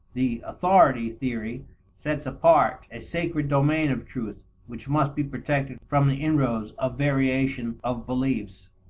the authority theory sets apart a sacred domain of truth which must be protected from the inroads of variation of beliefs.